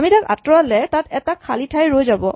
আমি তাক আঁতৰালে তাত এটা খালী ঠাই ৰৈ যাব